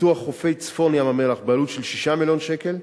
פיתוח חופי צפון ים-המלח בעלות של 6 מיליון שקל,